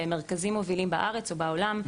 במרכזים מובילים בארץ ובעולם,